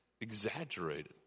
exaggerated